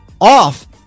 off